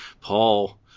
paul